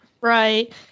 Right